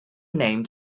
named